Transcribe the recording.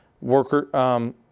Worker